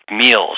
meals